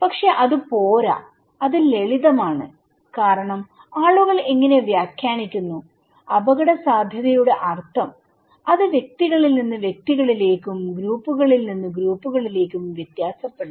പക്ഷേ അത് പോരാ അത് ലളിതമാണ് കാരണം ആളുകൾ എങ്ങനെ വ്യാഖ്യാനിക്കുന്നു അപകടസാധ്യതയുടെ അർത്ഥംഅത് വ്യക്തികളിൽ നിന്ന് വ്യക്തികളിലേക്കും ഗ്രൂപ്പുകളിൽ നിന്ന് ഗ്രൂപ്പുകളിലേക്കും വ്യത്യാസപ്പെടുന്നു